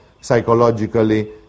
psychologically